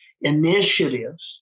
initiatives